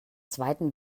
zweiten